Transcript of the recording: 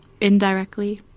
indirectly